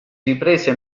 riprese